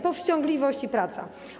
Powściągliwość i praca.